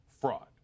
Fraud